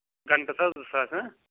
گنٛٹَس حظ زٕ ساس